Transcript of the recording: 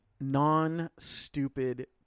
Non-stupid